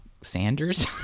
sanders